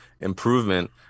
improvement